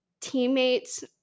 teammates